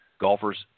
Golfers